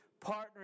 partner